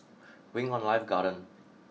Wing On Life Garden